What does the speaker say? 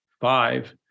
five